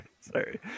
Sorry